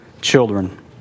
children